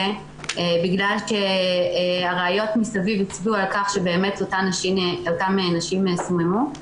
בגלל שהראיות מסביב הצביעו על כך שאותן נשים סוממו.